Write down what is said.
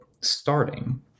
starting